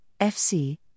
FC